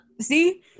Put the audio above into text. see